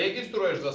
is